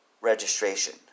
registration